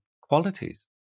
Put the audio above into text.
qualities